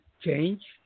change